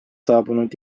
saabunud